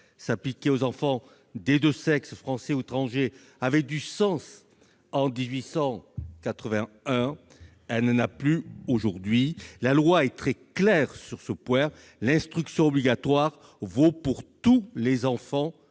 concerne les enfants des deux sexes, français ou étrangers, avait du sens en 1881, tel n'est plus le cas aujourd'hui. La loi est très claire sur ce point : l'instruction obligatoire vaut pour tous les enfants,